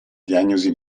diagnosi